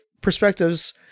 perspectives